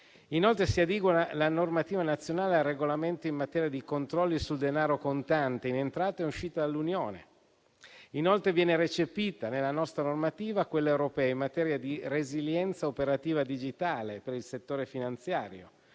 Inoltre, si adegua la normativa nazionale al regolamento in materia di controlli sul denaro contante in entrata e uscita dall'Unione. Viene poi recepita nella nostra normativa quella europea in materia di resilienza operativa digitale per il settore finanziario,